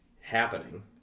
happening